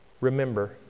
Remember